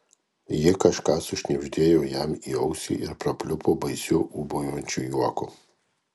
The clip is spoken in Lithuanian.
ji kažką sušnibždėjo jam į ausį ir prapliupo baisiu ūbaujančiu juoku